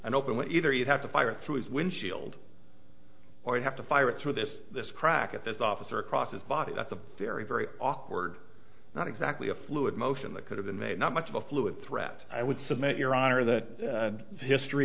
an open way either you'd have to fire through his windshield or you have to fire it through this this crack at this office or across his body at the very very awkward not exactly a fluid motion that could have been made not much of a fluid threat i would submit your honor that history